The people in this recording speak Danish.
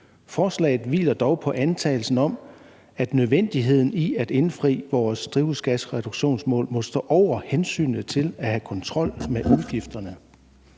Forslaget hviler dog på antagelsen om, at nødvendigheden i at indfri vores drivhusgasreduktionsmål må stå over hensynet til at have kontrol med udgifterne.«